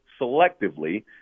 selectively